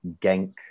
Genk